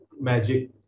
magic